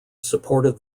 supported